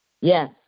Yes